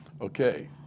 Okay